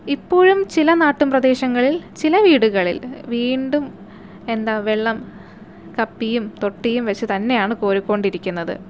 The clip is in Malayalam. ഇപ്പോഴും ചില നാട്ടും പ്രദേശങ്ങളിൽ ചില വീടുകളിൽ വീണ്ടും എന്താണ് വെള്ളം കപ്പിയും തൊട്ടിയും വച്ച് തന്നെയാണ് കോരിക്കൊണ്ടിരിക്കുന്നത്